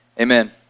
amen